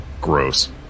Gross